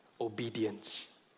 obedience